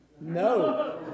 No